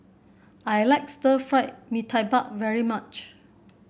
I like Stir Fried Mee Tai Mak very much